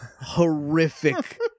horrific